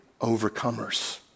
overcomers